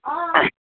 অঁ